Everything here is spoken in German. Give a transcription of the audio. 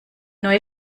neue